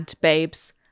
babes